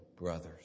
brothers